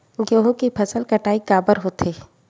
गेहूं के फसल कटाई काबर होथे?